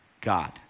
God